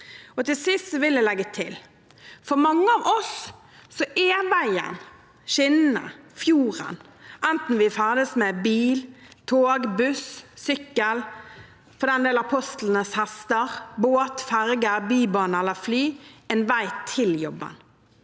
tog. Til sist vil jeg legge til at for mange av oss er veien, skinnene og fjorden, enten vi ferdes med bil, tog, buss, sykkel, for den del apostlenes hester, båt, ferge, bybane eller fly, en vei til jobben,